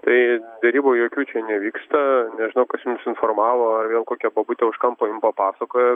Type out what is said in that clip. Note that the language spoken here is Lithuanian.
tai derybų jokių čia nevyksta nežinau kas jumis informavo ar vėl kokia bobutė už kampo jum papasakojo